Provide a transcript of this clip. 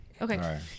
Okay